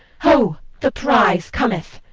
ho, the prize cometh!